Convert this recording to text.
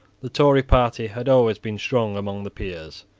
the tory party had always been strong among the peers.